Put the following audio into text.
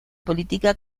política